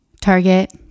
Target